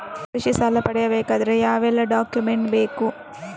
ಕೃಷಿ ಸಾಲ ಪಡೆಯಬೇಕಾದರೆ ಯಾವೆಲ್ಲ ಡಾಕ್ಯುಮೆಂಟ್ ಬೇಕು?